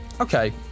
Okay